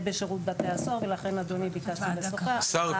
בשירות בתי הסוהר ולכן אדוני ביקשתי לשוחח איתך.